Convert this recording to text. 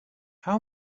how